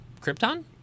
Krypton